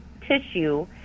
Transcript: tissue